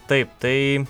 taip tai